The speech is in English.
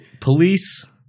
police